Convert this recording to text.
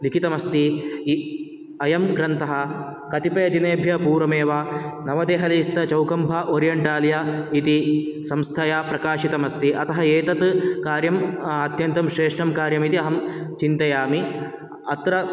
लिखितमस्ति इ अयं ग्रन्थः कतिपयदिनेभ्यः पूर्वमेव नवदेहलीस्थ चौखम्भा ओरियन्टालिया इति संस्थया प्रकाशितमस्ति अतः एतत् कार्यम् अत्यन्तं श्रेष्ठं कार्यमिति अहं चिन्तयामि अत्र